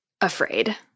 afraid